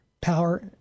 Power